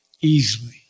easily